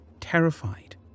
terrified